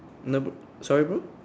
nah bro sorry bro